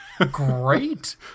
great